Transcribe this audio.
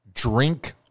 Drink